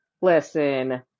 listen